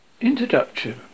Introduction